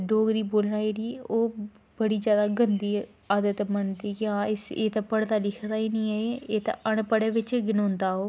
ते डोगरी बोलना जेह्ड़ी ओह् बड़ी जादा गंदी आदत बनदी कि एह् ते पढ़े लिखे दा गै नी अनपढ़ैं बिच्च गै गनोंदा ओह्